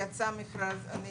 יצא מכרז, אני